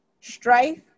Strife